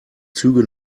züge